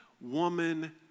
woman